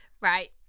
Right